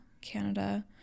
Canada